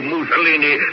Mussolini